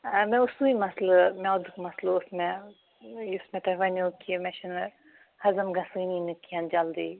آ مےٚ اوس سُے مَسلہٕ میادُک مَسلہٕ اوس مےٚ یُس مےٚ تۄہہِ وَنٮ۪و کہِ مےٚ چھُنہٕ ہضم گَژھٲنی نہٕ کیٚنٛہہ جلدی